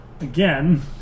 Again